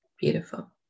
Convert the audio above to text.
Beautiful